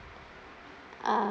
uh